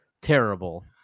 terrible